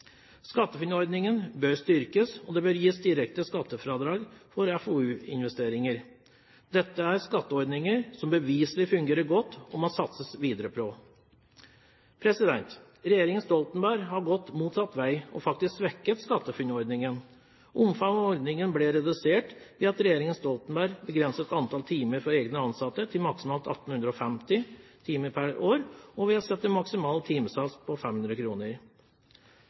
SkatteFUNN-ordningen bør styrkes, og det bør gis direkte skattefradrag for FoU-investeringer. Dette er skatteordninger som beviselig fungerer godt, og som det må satses videre på. Regjeringen Stoltenberg har gått motsatt vei og har faktisk svekket SkatteFUNN-ordingen. Omfanget av ordningen ble redusert ved at regjeringen Stoltenberg begrenset antall timer for egne ansatte til maksimalt 1 850 timer per år og satte maksimal timesats til 500